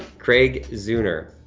craig zooner,